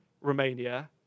Romania